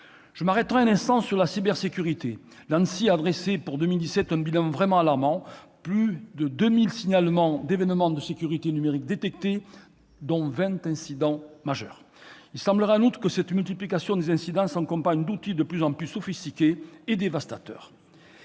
Je m'arrêterai un instant sur la cybersécurité. L'ANSSI a dressé pour 2017 un bilan vraiment alarmant : plus de 2 000 signalements d'événements de sécurité numérique ont été détectés, dont 20 incidents majeurs. Il semblerait en outre que la multiplication des épisodes s'accompagne d'outils de plus en plus sophistiqués et dévastateurs.